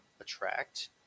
attract